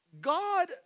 God